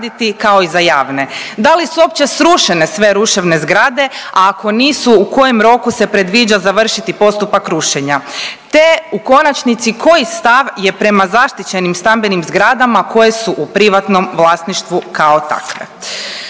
Da li su uopće srušene sve ruševne zgrade, a ako nisu u kojem roku se predviđa završiti postupak rušenja, te u konačnici koji stav je prema zaštićenim stambenim zgradama koje su u privatnom vlasništvu kao takve?